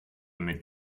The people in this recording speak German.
mit